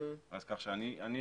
כך שאני חושב,